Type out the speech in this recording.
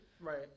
Right